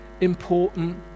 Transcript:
important